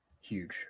huge